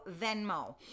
Venmo